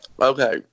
Okay